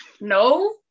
No